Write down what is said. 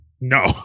no